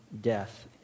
death